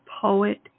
poet